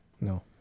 No